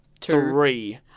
three